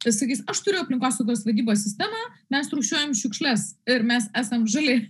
ir sakys aš turiu aplinkosaugos vadybos sistemą mes rūšiuojam šiukšles ir mes esam žali